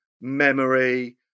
memory